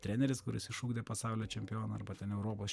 treneris kuris išugdė pasaulio čempioną arba ten europos